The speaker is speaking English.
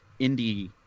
indie